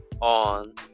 on